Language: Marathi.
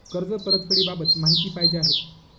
कर्ज परतफेडीबाबत माहिती पाहिजे आहे